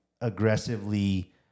aggressively